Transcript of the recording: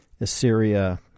Assyria